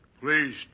please